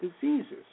diseases